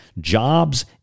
jobs